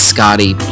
Scotty